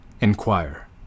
inquire